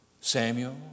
Samuel